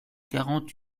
quarante